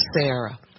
Sarah